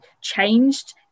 changed